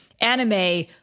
anime